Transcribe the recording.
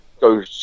Go